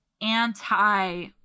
anti